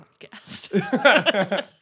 podcast